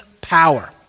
power